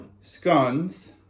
Scones